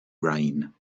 rain